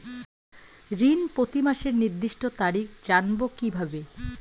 ঋণ প্রতিমাসের নির্দিষ্ট তারিখ জানবো কিভাবে?